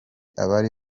abari